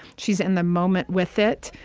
she's in the moment with it,